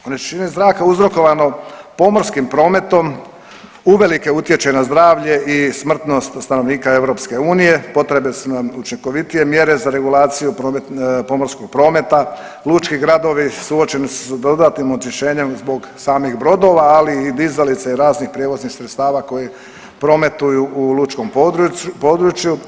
Onečišćenje zraka uzrokovano pomorskim prometom uvelike utječe na zdravlje i smrtnost stanovnika EU, potrebne su nam učinkovitije mjere za regulaciju pomorskog prometa, lučki gradovi suočeni su sa dodatnim onečišćenjem zbog samih brodova, ali i dizalica i raznih prijevoznih sredstava koji prometuju u lučkom području.